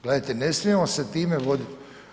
Gledajte ne smijemo se time voditi.